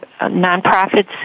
nonprofits